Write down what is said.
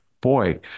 boy